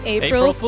April